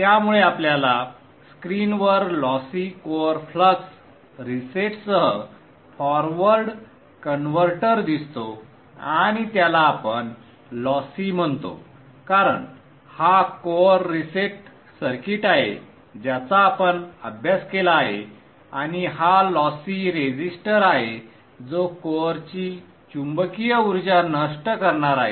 त्यामुळे आपल्याला स्क्रीनवर लॉसी कोअर फ्लक्स रिसेटसह फॉरवर्ड कन्व्हर्टर दिसतो आणि त्याला आपण लॉसी म्हणतो कारण हा कोअर रिसेट सर्किट आहे ज्याचा आपण अभ्यास केला आहे आणि हा लॉसी रेझिस्टर आहे जो कोअरची चुंबकीय ऊर्जा नष्ट करणार आहे